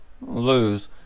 lose